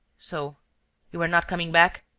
so you are not coming back?